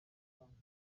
wabanje